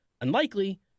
unlikely